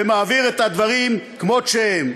ומעביר את הדברים כמות שהם?